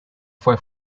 fue